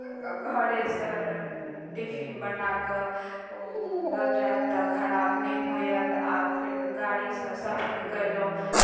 घरेसँ टिफिन बना कऽ लऽ जायब तऽ खराब नहि होयत आ फेर गाड़ीसँ सफर कयलहुँ